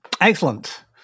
Excellent